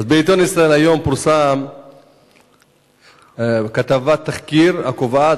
בעיתון "ישראל היום" פורסמה כתבת תחקיר הקובעת,